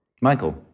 Michael